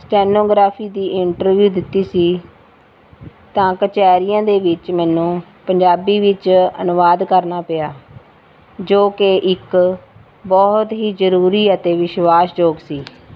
stenography ਦੀ interview ਦਿੱਤੀ ਸੀ ਤਾਂ ਕਚਹਿਰੀਆਂ ਦੇ ਵਿੱਚ ਮੈਨੂੰ ਪੰਜਾਬੀ ਵਿੱਚ ਅਨੁਵਾਦ ਕਰਨਾ ਪਿਆ ਜੋ ਕਿ ਇੱਕ ਬਹੁਤ ਹੀ ਜ਼ਰੂਰੀ ਅਤੇ ਵਿਸ਼ਵਾਸਯੋਗ ਸੀ